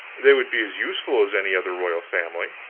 they would be as useful as any other royal family,